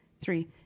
three